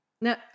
Now